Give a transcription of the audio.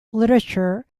literature